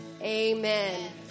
Amen